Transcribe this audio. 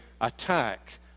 attack